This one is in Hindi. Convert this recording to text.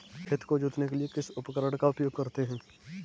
खेत को जोतने के लिए किस उपकरण का उपयोग करते हैं?